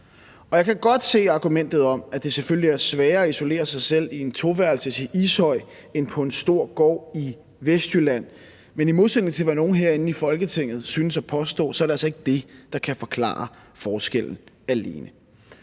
Jeg kan godt se argumentet om, at det selvfølgelig er sværere at isolere sig selv i en toværelses i Ishøj end på en stor gård i Vestjylland, men i modsætning til, hvad nogle herinde i Folketinget synes at påstå, så er det altså ikke det, der kan forklare forskellen alene.